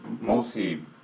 mostly